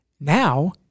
Now